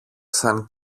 σαν